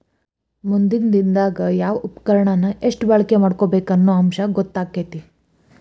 ಮುಂದಿನ ದಿನದಾಗ ಯಾವ ಉಪಕರಣಾನ ಎಷ್ಟ ಬಳಕೆ ಮಾಡಬೇಕ ಅನ್ನು ಅಂಶ ಗೊತ್ತಕ್ಕತಿ